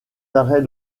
arrêts